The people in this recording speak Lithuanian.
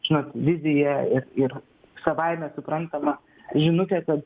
žinot vizija ir ir savaime suprantama žinutė kad